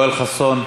יואל חסון.